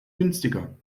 günstiger